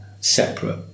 separate